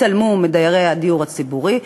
התעלמו מדיירי הדיור הציבורי.